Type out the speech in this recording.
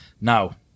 Now